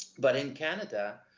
but in canada,